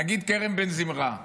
נגיד כרם בן זמרה,